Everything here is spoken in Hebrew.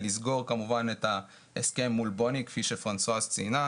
לסגור כמובן את ההסכם מול BONY כפי שפרנסואז ציינה,